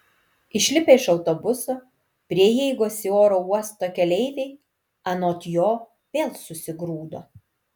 išlipę iš autobuso prie įeigos į oro uostą keleiviai anot jo vėl susigrūdo